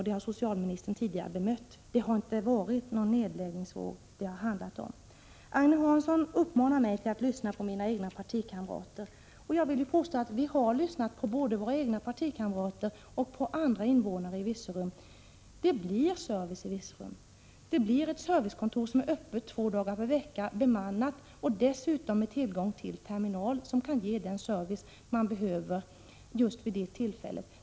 Det har socialministern bemött tidigare. Det har inte handlat om någon nedläggningsvåg. Agne Hansson uppmanar mig att lyssna på mina egna partikamrater. Jag vill påstå att vi har lyssnat till både våra egna partikamrater och andra invånare i Virserum. Det blir service i Virserum. Det blir ett servicekontor som är öppet och bemannat två dagar i veckan, dessutom med tillgång till terminal som kan ge den service som man behöver just vid tillfället.